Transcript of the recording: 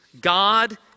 God